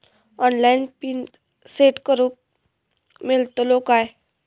Online PIN set करूक मेलतलो काय?